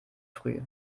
früh